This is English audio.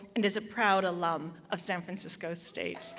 and is a proud alum of san francisco state.